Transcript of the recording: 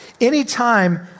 anytime